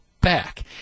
back